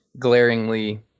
glaringly